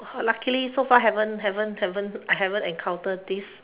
!wah! luckily so far haven't haven't haven't I haven't encounter this